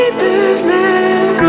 business